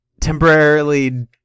temporarily